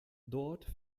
dort